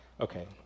Okay